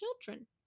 children